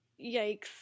Yikes